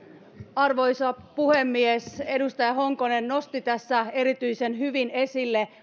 arvoisa puhemies edustaja honkonen nosti tässä erityisen hyvin esille